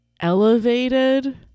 elevated